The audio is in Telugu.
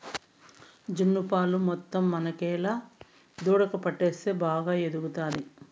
జున్ను పాలు మొత్తం మనకేలా దూడకు పట్టిస్తే బాగా ఎదుగుతాది